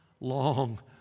long